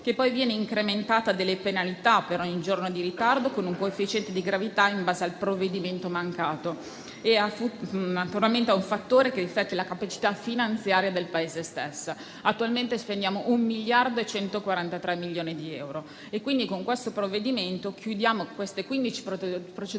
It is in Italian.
che poi viene incrementata dalle penalità per ogni giorno di ritardo, con un coefficiente di gravità in base al provvedimento mancato. Naturalmente, è un fattore che riflette la capacità finanziaria del Paese stesso. Attualmente, spendiamo 1,143 milioni di euro. Quindi, con questo provvedimento chiudiamo queste quindici